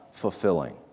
fulfilling